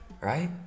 right